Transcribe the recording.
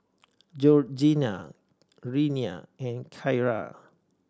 Georgiana Renea and Kyra